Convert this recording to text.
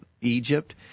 egypt